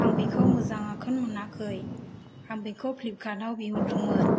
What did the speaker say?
आं बिखौ मोजाङाखोनो मोनाखै आं बिखौ प्लिपकार्तआव बिहरदोंमोन